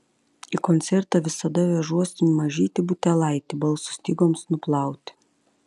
į koncertą visada vežuosi mažytį butelaitį balso stygoms nuplauti